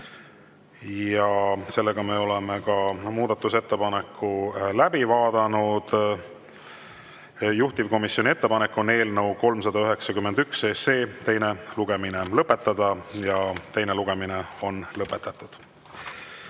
täielikult. Me oleme muudatusettepanekud läbi vaadanud. Juhtivkomisjoni ettepanek on eelnõu 391 teine lugemine lõpetada. Teine lugemine on lõpetatud.